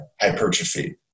hypertrophy